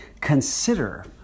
consider